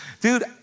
dude